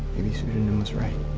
maybe sudonym was right.